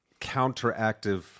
counteractive